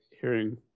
hearing